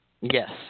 Yes